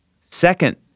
second